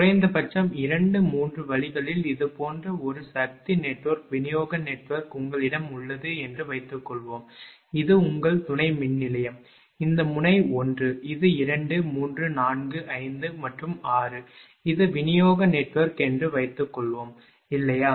குறைந்தபட்சம் 2 3 வழிகளில் இது போன்ற ஒரு சக்தி நெட்வொர்க் விநியோக நெட்வொர்க் உங்களிடம் உள்ளது என்று வைத்துக்கொள்வோம் இது உங்கள் துணை மின்நிலையம் இந்த முனை 1 இது 2 3 4 5 மற்றும் 6 இது விநியோக நெட்வொர்க் என்று வைத்துக்கொள்வோம் இல்லையா